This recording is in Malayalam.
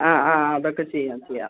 ആ ആ അതൊക്കെ ചെയ്യാം ചെയ്യാം